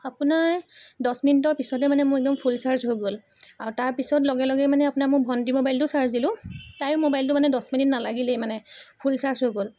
আপোনাৰ দহ মিনিটৰ পিছতেই মানে একদম মোৰ ফুল চাৰ্জ হৈ গ'ল আৰু তাৰপিছত লগে লগেই মানে আপোনাৰ মোৰ ভণ্টিৰ মোবাইলটোও চাৰ্জ দিলোঁ তায়ো মোবাইলটো মানে দহ মিনিট নালাগিলেই মানে ফুল চাৰ্জ হৈ গ'ল